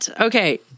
Okay